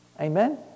Amen